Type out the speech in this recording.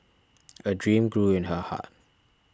a dream grew in her heart